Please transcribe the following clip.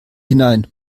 hinein